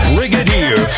Brigadier